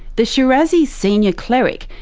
the shirazi's senior cleric,